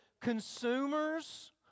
Consumers